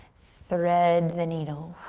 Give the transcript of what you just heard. thread the needle.